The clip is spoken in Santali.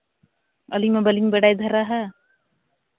ᱟᱹᱞᱤᱧ ᱢᱟ ᱵᱟᱹᱞᱤᱧ ᱵᱟᱰᱟᱭ ᱫᱷᱟᱨᱟᱼᱟ